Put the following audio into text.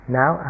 now